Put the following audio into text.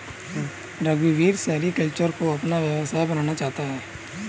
रघुवीर सेरीकल्चर को अपना व्यवसाय बनाना चाहता है